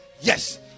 Yes